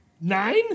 Nine